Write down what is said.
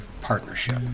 partnership